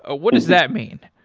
ah what does that mean?